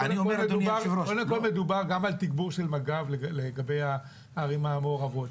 קודם כל מדובר גם על תגבור של מג"ב לגבי הערים המעורבות.